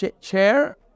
chair